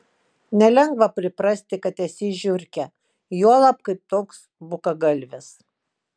nelengva priprasti kad esi žiurkė juolab kai toks bukagalvis